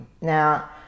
Now